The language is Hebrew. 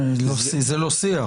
זה לא שיח.